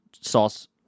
sauce